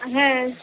ᱦᱮᱸ